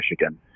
Michigan